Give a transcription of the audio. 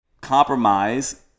compromise